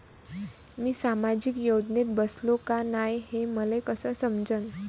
मी सामाजिक योजनेत बसतो का नाय, हे मले कस समजन?